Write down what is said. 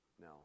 No